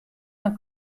dan